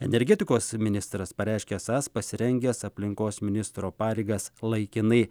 energetikos ministras pareiškė esąs pasirengęs aplinkos ministro pareigas laikinai